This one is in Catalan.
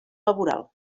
laboral